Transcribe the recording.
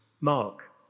Mark